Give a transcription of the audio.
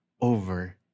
over